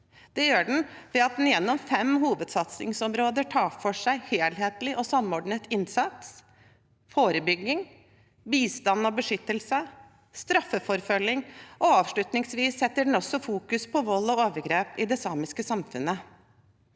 Det gjør den ved at den gjennom fem hovedsatsingsområder tar for seg helhetlig og samordnet innsats, forebygging, bistand og beskyttelse og straffeforfølging, og avslutningsvis setter den også fokus på vold og overgrep i det samiske samfunnet.